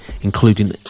including